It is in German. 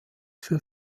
für